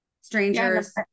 Strangers